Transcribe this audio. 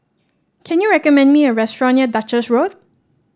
can you recommend me a restaurant near Duchess Road